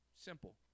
Simple